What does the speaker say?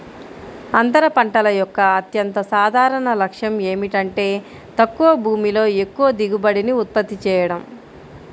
అంతర పంటల యొక్క అత్యంత సాధారణ లక్ష్యం ఏమిటంటే తక్కువ భూమిలో ఎక్కువ దిగుబడిని ఉత్పత్తి చేయడం